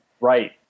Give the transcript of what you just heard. Right